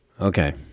Okay